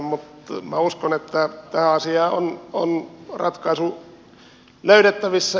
minä uskon että tähän asiaan on ratkaisu löydettävissä